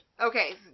Okay